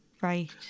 right